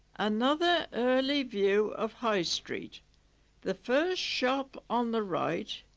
another early view of high street the first shop on the right,